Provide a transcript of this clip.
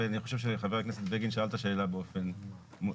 ואני חושב שחבר הכנסת בגין שאל את השאלה באופן מובהק.